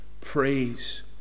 praise